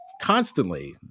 constantly